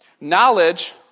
Knowledge